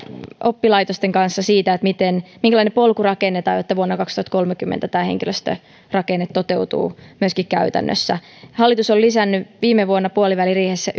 oppilaitosten kanssa siitä minkälainen polku rakennetaan jotta vuonna kaksituhattakolmekymmentä tämä henkilöstörakenne toteutuu myöskin käytännössä hallitus on lisännyt viime vuonna puoliväliriihessä